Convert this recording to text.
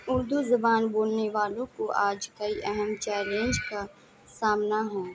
اردو زبان بولنے والوں کو آج کئی اہم چیلنج کا سامنا ہے